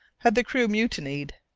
had the crew mutinied?